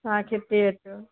চাহখেতি এইটো